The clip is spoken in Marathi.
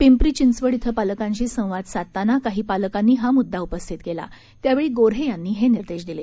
पिंपरी चिंचवड इथं पालकांशी संवाद साधताना काही पालकांनी हा म्ददा उपस्थित केला त्यावेळी गोऱ्हे यांनी हे निर्देश दिले